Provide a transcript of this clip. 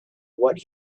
what